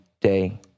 day